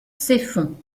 ceffonds